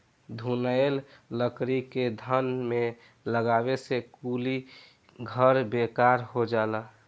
घुनाएल लकड़ी के घर में लगावे से कुली घर बेकार हो जाला